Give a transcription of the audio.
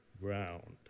ground